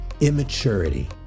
immaturity